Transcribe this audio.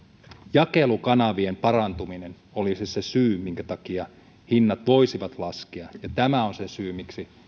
jakelukanavien parantuminen olisi se syy minkä takia hinnat voisivat laskea ja tämä on se syy miksi